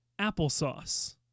applesauce